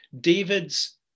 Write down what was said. David's